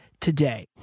today